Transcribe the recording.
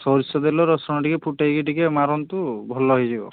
ସୋରିଷ ଦେଲେ ରସୁଣ ଟିକେ ଫୁଟେଇକି ଟିକେ ମାରନ୍ତୁ ଭଲ ହେଇଯିବ